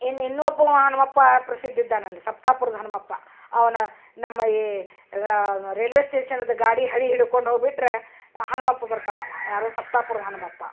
ಇನ್ನ ಇನ್ನು ಒಬ್ಬವ ಹನುಮಪ್ಪಾ ಪ್ರಸಿದ್ಧಿ ಇದ್ದಾನಲ್ಲಿ ಸಪ್ತಾಪುರದ ಹನುಮಪ್ಪ ಅವ್ನ ನಮ್ಮ ಈ ರೈಲ್ವೇ ಸ್ಟೇಷನದು ಗಾಡಿ ಹಳಿ ಹಿಡ್ಕೊಂಡು ಹೋಗ್ಬಿಟ್ಟರೆ ಆ ಹನುಮಪ್ಪ ಬರ್ತಾನವ ಯಾರು ಸಪ್ತಾಪುರದ ಹನುಮಪ್ಪ